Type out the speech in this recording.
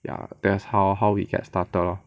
ya that's how how we get started lor